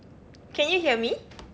can you hear me